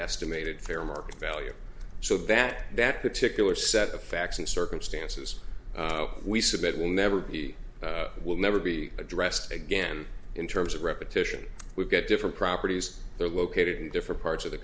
estimated fair market value so that that particular set of facts and circumstances we submit will never be will never be addressed again in terms of repetition we've got different properties they're located in different parts of the